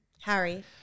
Harry